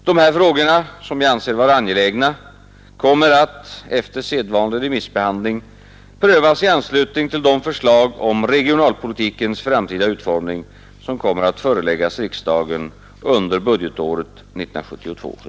Dessa frågor, som jag anser vara angelägna, kommer att — efter sedvanlig remissbehandling — prövas i anslutning till de förslag om regionalpolitikens framtida utformning, som kommer att föreläggas riksdagen under budgetåret 1972/73.